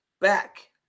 Back